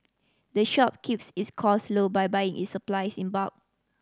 the shop keeps its cost low by buying its supplies in bulk